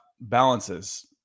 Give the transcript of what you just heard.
balances